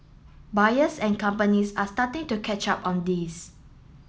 buyers and companies are starting to catch up on this